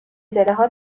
زلزلهها